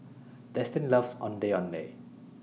Destin loves Ondeh Ondeh